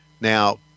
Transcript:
Now